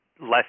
less